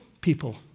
people